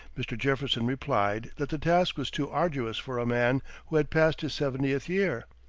mr. jefferson replied that the task was too arduous for a man who had passed his seventieth year.